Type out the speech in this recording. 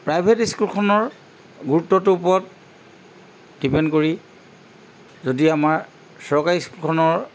private স্কুলখনৰ গুৰুত্বটোৰ ওপৰত ডিপেণ্ড কৰি যদি আমাৰ চৰকাৰী স্কুলখনৰ